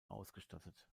ausgestattet